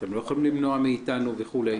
ואתם לא יכולים למנוע מאתנו וכולי.